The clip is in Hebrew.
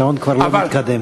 השעון כבר לא מתקדם.